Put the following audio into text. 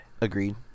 agreed